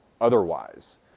otherwise